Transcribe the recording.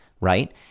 right